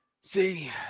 See